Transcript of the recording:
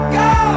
go